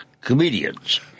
comedians